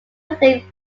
league